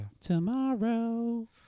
Tomorrow